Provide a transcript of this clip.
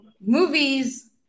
movies